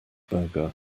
burger